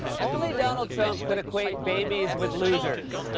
only donald trump could equate babies with losers.